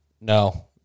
No